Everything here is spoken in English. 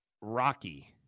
Rocky